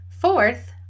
Fourth